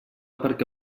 perquè